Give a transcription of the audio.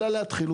אלא להתחיל,